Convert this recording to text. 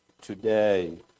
today